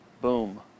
boom